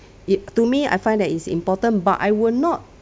it to me I find that it's important but I will not